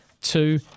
two